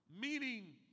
Meaning